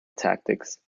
tactics